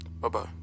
Bye-bye